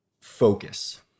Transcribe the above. focus